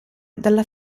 dalla